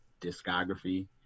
discography